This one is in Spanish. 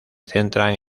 centran